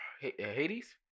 Hades